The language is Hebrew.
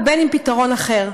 ובין אם פתרון אחר,